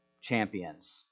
champions